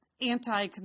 anti